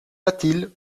latil